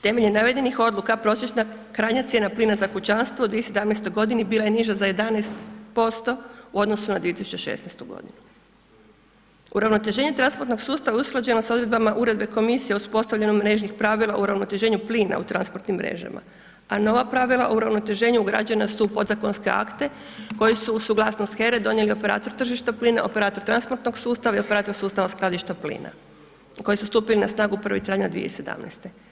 Temeljem navedenih odluka prosječna krajnja cijena plina za kućanstvo u 2017.g. bila je niža za 11% u odnosu na 2016.g. Uravnoteženje transportnog sustava je usklađeno sa Odredbama Uredbe komisije o uspostavljanju mrežnih pravila i uravnoteženju plina u transportnim mrežama, a nova pravila uravnoteženja ugrađena su u podzakonske akte koji su uz suglasnost HERA-e donijeli operator tržišta plina, operator transportnog sustava i operator sustava skladišta plina koji su stupili na snagu 1. travnja 2017.